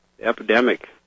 epidemic